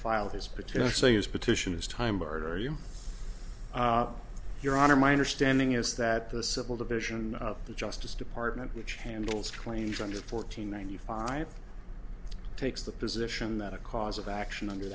filed his potential use petition as time murder you your honor my understanding is that the civil division of the justice department which handles claims under fourteen ninety five takes the position that a cause of action under